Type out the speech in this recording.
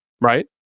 right